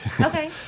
okay